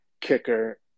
kicker